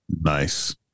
Nice